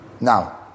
Now